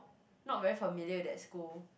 not very familiar with that school